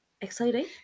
exciting